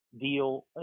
deal